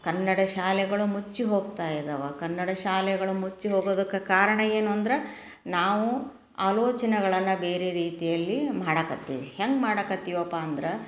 ಕನ್ನಡ ಶಾಲೆಗಳು ಮುಚ್ಚಿ ಹೋಗ್ತಾ ಇದಾವೆ ಕನ್ನಡ ಶಾಲೆಗಳು ಮುಚ್ಚಿ ಹೋಗೋದಕ್ಕೆ ಕಾರಣ ಏನು ಅಂದ್ರೆ ನಾವು ಆಲೋಚನೆಗಳನ್ನು ಬೇರೆ ರೀತಿಯಲ್ಲಿ ಮಾಡಕ್ಕತ್ತೀವಿ ಹೆಂಗೆ ಮಾಡಕ್ಕತ್ತೀವಪ್ಪ ಅಂದ್ರೆ